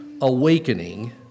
awakening